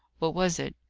what was it?